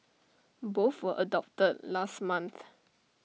both were adopted last month